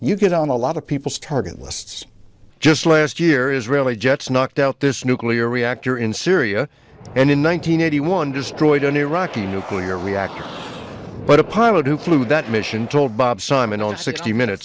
you get on a lot of people's target lists just last year israeli jets knocked out this nuclear reactor in syria and in one thousand nine hundred one destroyed an iraqi nuclear reactor but a pilot who flew that mission told bob simon on sixty minutes